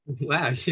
Wow